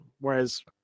Whereas